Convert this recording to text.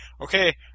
okay